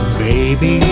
baby